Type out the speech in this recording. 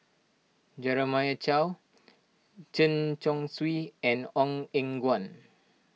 Jeremiah Choy Chen Chong Swee and Ong Eng Guan